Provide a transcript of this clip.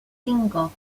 cinco